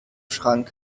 schrank